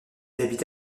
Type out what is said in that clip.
habite